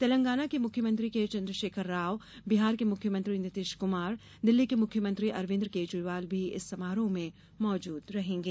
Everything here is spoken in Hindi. तेलंगाना के मुख्यमंत्री के चंद्रशेखर राव बिहार के मुख्यमंत्री नीतीश कुमार दिल्ली के मुख्यमंत्री अरविंद केजरीवाल भी इस समारोह में मौजूद रहेंगे